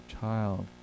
child